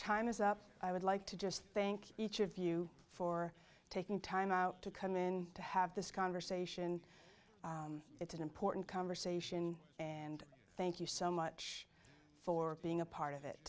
time is up i would like to just thank each of you for taking time out to come in to have this conversation it's an important conversation and thank you so much for being a part of it